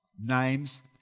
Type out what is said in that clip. names